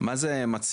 מה זה מצלמות?